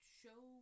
show